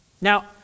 Now